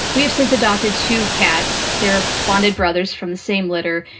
we have since adopted two cats. they're bonded brothers from the same litter,